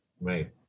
right